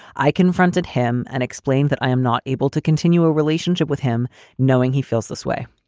i confronted him and explained that i am not able to continue a relationship with him knowing he feels this way.